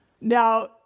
now